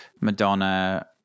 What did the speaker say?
Madonna